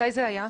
מתי זה היה?